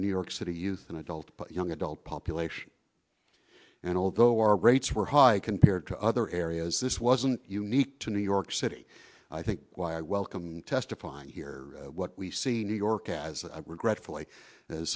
the new york city youth and adult young adult population and although our rates were high compared to other areas this wasn't unique to new york city i think why welcome testifying here what we see in new york as regretfully as